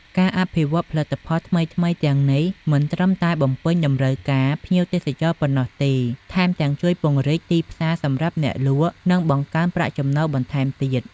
ការអភិវឌ្ឍផលិតផលថ្មីៗទាំងនេះមិនត្រឹមតែបំពេញតម្រូវការភ្ញៀវទេសចរប៉ុណ្ណោះទេ ថែមទាំងជួយពង្រីកទីផ្សារសម្រាប់អ្នកលក់ និងបង្កើនប្រាក់ចំណូលបន្ថែមទៀត។